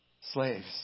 Slaves